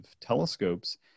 telescopes